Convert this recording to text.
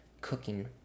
cooking